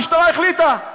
המשטרה החליטה.